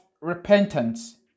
repentance